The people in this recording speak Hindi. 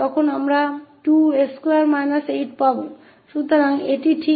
तो हमें अभी भी मिलता है 2s2 8